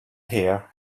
hair